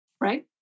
right